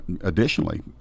Additionally